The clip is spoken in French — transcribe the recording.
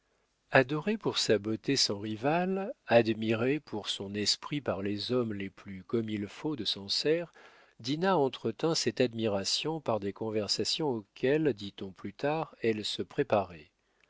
adorée pour sa beauté sans rivale admirée pour son esprit par les hommes les plus comme il faut de sancerre dinah entretint cette admiration par des conversations auxquelles dit-on plus tard elle se préparait